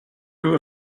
were